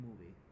movie